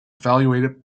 evaluated